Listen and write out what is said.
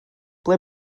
ble